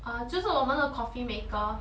就是我们的 coffeemaker